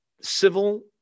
civil